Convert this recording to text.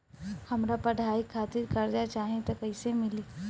हमरा पढ़ाई खातिर कर्जा चाही त कैसे मिली?